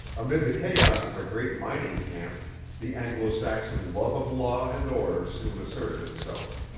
amid the chaos of a great mining camp the anglo-saxon love of law and order soon asserted itself.